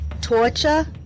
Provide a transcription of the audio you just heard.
torture